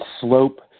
slope